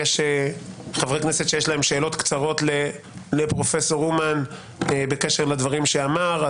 יש חברי כנסת שיש להם שאלות קצרות לפרופ' אומן בקשר לדברים שאמר,